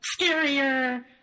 scarier